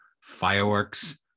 fireworks